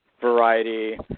variety